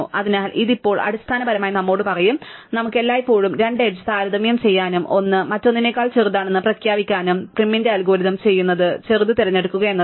അതിനാൽ ഇത് ഇപ്പോൾ അടിസ്ഥാനപരമായി നമ്മോട് പറയും നമുക്ക് എല്ലായ്പ്പോഴും രണ്ട് എഡ്ജ് താരതമ്യം ചെയ്യാനും 1 മറ്റൊന്നിനേക്കാൾ ചെറുതാണെന്ന് പ്രഖ്യാപിക്കാനും പ്രൈമിന്റെ അൽഗോരിതം ചെയ്യുന്നത് ചെറുത് തിരഞ്ഞെടുക്കുക എന്നതാണ്